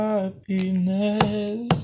Happiness